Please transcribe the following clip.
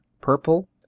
purple